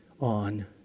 on